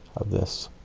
of this.